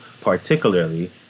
particularly